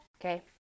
Okay